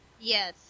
Yes